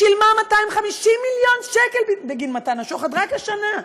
שילמה 250 מיליון שקל בגין מתן שוחד, רק השנה,